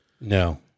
No